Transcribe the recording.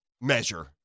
measure